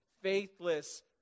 faithless